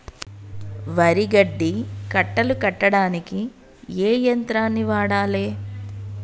వరి గడ్డి కట్టలు కట్టడానికి ఏ యంత్రాన్ని వాడాలే?